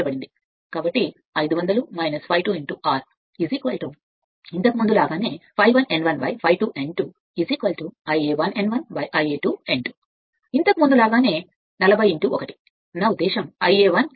కాబట్టి 500 ∅2 r ఇంతకు ముందులాగానే 5 1 1 ∅2 n2 ∅1 1 ∅2 n2 ఇంతకు ముందులాగానే 40 1 నా ఉద్దేశ్యం ∅140 ∅2 28